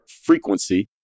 frequency